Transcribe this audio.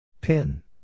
Pin